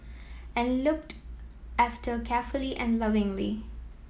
and looked after carefully and lovingly